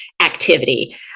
activity